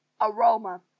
aroma